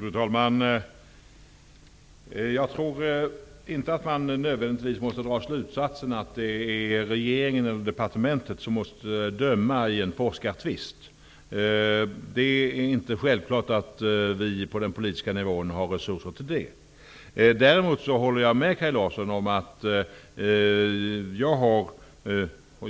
Fru talman! Jag tror inte att man nödvändigtvis måste dra den slutsatsen att det är regeringen som måste döma i en forskartvist. Det är inte självklart att vi på den politiska nivån har resurser till det. Däremot håller jag med Kaj Larsson om att jag,